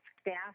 staff